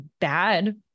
bad